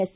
S